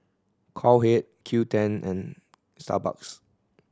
Cowhead Qoo Ten and Starbucks